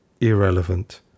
irrelevant